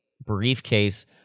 briefcase